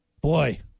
Boy